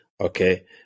Okay